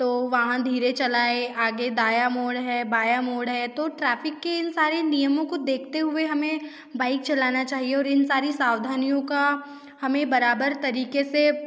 तो वहाँ धीरे चलाएं आगे दाया मोड़ है बाया मोड़ है तो ट्रैफ़िक के इन सारे नियमों को देखते हुए हमें बाइक चलाना चाहिए और इन सारी सावधानियों का हमें बराबर तरीक़े से